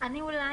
וכל אלו.